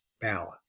balance